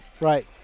Right